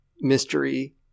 mystery